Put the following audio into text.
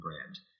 brand